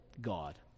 God